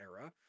era